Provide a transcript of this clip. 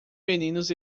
meninos